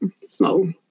small